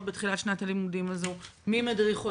בתחילת שנת הלימודים הזו ומי מדריך אותם.